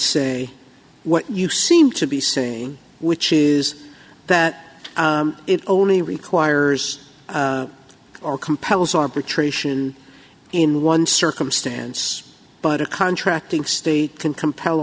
say what you seem to be saying which is that it only requires or compels arbitration in one circumstance but a contracting state can compel